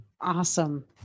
Awesome